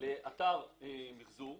לאתר מחזור,